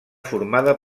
formada